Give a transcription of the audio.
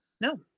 no